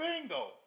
bingo